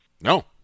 No